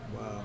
Wow